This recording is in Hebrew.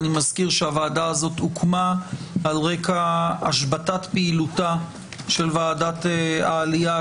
אני מזכיר שהוועדה הזאת הוקמה על רקע השבתת פעילותה של ועדת העלייה,